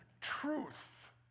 truth